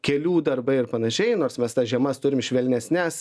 kelių darbai ir panašiai nors mes tas žemas turim švelnesnes